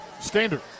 Standard